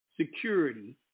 security